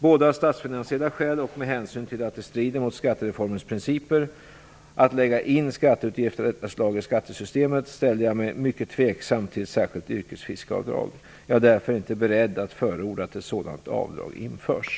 Både av statsfinansiella skäl och med hänsyn till att det strider mot skattereformens principer att lägga in skatteutgifter av detta slag i skattesystemet ställer jag mig mycket tveksam till ett särskilt yrkesfiskeavdrag. Jag är därför inte beredd att förorda att ett sådant avdrag införs.